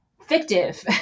fictive